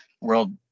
world